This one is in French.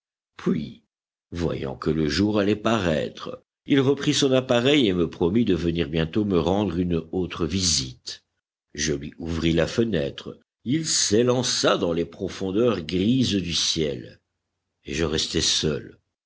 puis voyant que le jour allait paraître il reprit son appareil et me promit de venir bientôt me rendre une autre visite je lui ouvris la fenêtre il s'élança dans les profondeurs grises du ciel et je restai seul